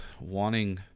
wanting